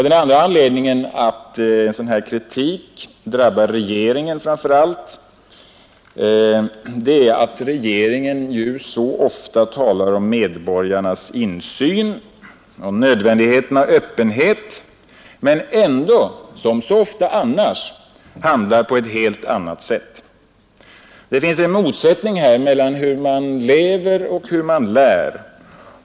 Den andra anledningen till att en sådan kritik drabbar regeringen framför allt är att regeringen så ofta talar om medborgarnas insyn och om nödvändigheten av öppenhet men ändå som så ofta annars handlar på ett helt annat sätt. Det finns här en motsättning mellan hur man lär och hur man lever.